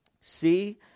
See